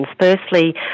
Firstly